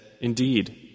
Indeed